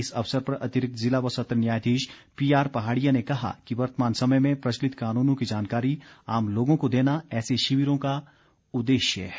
इस अवसर पर अतिरिक्त ज़िला व सत्र न्यायाधीश पीआर पहाड़िया ने कहा कि वर्तमान समय में प्रचलित कानूनों की जानकारी आम लोगों को देना ऐसे शिविरों का उद्देश्य है